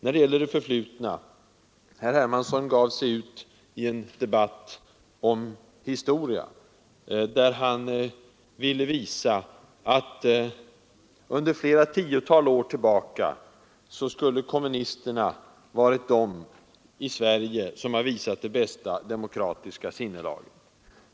I fråga om det förflutna gav sig herr Hermansson ut i en debatt om historia, där han ville visa att sedan flera tiotal år tillbaka skulle kommunisterna ha varit de i Sverige, som har visat det mest demokratiska sinnelaget.